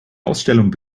ausstellung